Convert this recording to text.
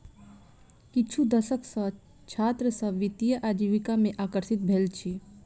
किछु दशक सॅ छात्र सभ वित्तीय आजीविका में आकर्षित भेल अछि